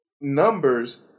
numbers